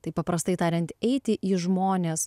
taip paprastai tariant eiti į žmones